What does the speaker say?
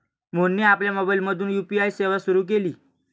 मोहनने आपल्या मोबाइलमधून यू.पी.आय सेवा सुरू केली